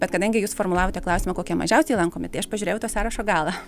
bet kadangi jūs formulavote klausimą kokie mažiausiai lankomi tai aš pažiūrėjau į to sąrašo galą